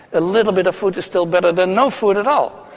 a little bit of food is still better than no food at all.